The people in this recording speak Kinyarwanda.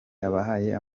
bahaye